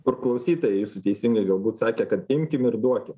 kur klausytojai jūsų teisingai galbūt sakė kad imkim ir duokim